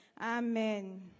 Amen